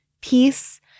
peace